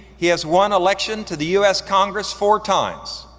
he has won election to the us congress four times.